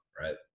right